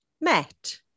met